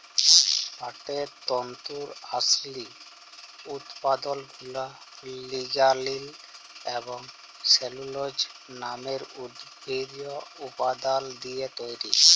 পাটের তল্তুর আসলি উৎপাদলগুলা লিগালিল এবং সেলুলজ লামের উদ্ভিজ্জ উপাদাল দিঁয়ে তৈরি